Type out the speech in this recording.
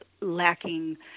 lacking